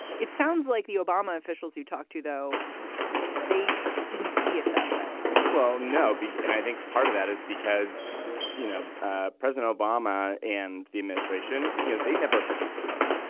it sounds like the obama officials you talked to though they didn't see it that way well no. but and i think part of that is because you know ah president obama and the administration you know they never picked her.